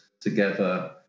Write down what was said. together